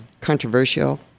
controversial